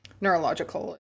neurological